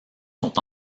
sont